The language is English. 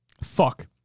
fuck